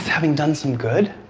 having done some good.